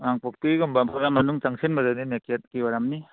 ꯀꯥꯡꯄꯣꯛꯄꯤꯒꯨꯝꯕ ꯈꯔ ꯃꯅꯨꯡ ꯆꯪꯁꯤꯟꯕꯗꯗꯤ ꯅꯦꯀꯦꯠꯀꯤ ꯑꯣꯏꯔꯝꯅꯤ